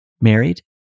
married